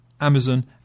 amazon